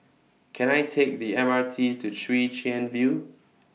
Can I Take The M R T to Chwee Chian View